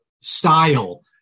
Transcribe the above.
style